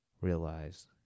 realize